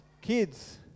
kids